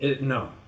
No